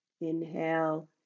inhale